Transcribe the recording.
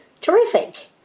Terrific